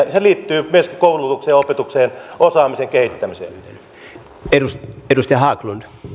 se liittyy myöskin koulutukseen ja opetukseen osaamisen kehittämiseen